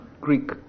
Greek